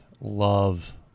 love